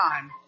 time